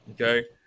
Okay